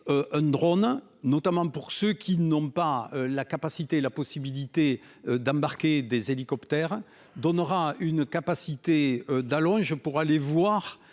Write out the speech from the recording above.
un drone, notamment pour ceux qui n'ont pas la capacité, la possibilité d'embarquer des hélicoptères donnera une capacité d'allonge je pourrai aller voir